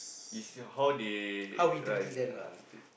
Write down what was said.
it's your how they rise ah yeah true